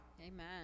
Amen